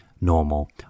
normal